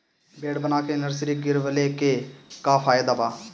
Bed बना के nursery गिरवले के का फायदा बा?